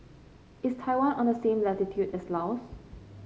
is Taiwan on the same latitude as Laos